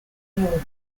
group